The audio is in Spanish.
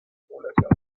población